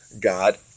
God